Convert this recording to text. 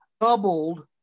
doubled